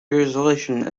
resolution